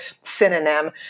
synonym